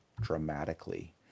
dramatically